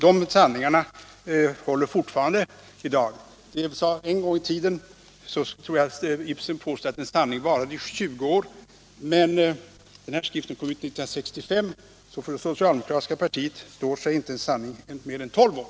Dessa sanningar håller än i dag. Jag tror att det var Ibsen som en gång i tiden påstod att en sanning varar i 20 år. Den här skriften kom ut år 1965, så för det socialdemokratiska partiet står sig inte en sanning i mer än 12 år.